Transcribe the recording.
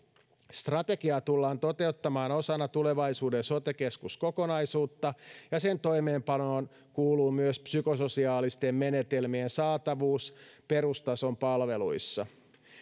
strategiaa tullaan toteuttamaan osana tulevaisuuden sote keskuskokonaisuutta ja sen toimeenpanoon kuuluu myös psykososiaalisten menetelmien saatavuus perustason palveluissa